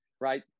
right